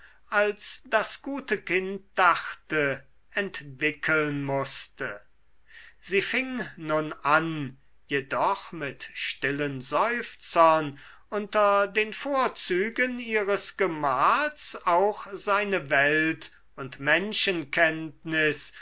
als das gute kind dachte entwickeln mußte sie fing nun an jedoch mit stillen seufzern unter den vorzügen ihres gemahls auch seine welt und menschenkenntnis